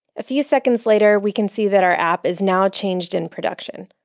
a few seconds later we can see that our app is now changed in production.